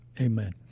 Amen